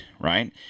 right